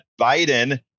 Biden